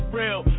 real